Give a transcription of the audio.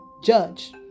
judge